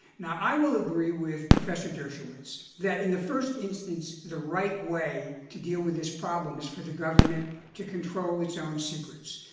now, i will agree with professor dershowitz that in the first instance, the right way to deal with this problem is for the government to control its own secrets.